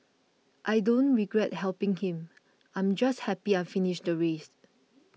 I don't regret helping him I'm just happy I finished the race